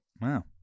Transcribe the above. Wow